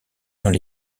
entre